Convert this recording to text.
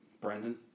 Brandon